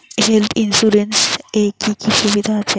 Health insurance এ কি কি সুবিধা আছে?